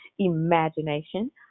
Imagination